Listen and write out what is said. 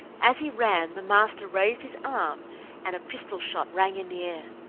as he ran the master raised his arm and a pistol shot rang in the air.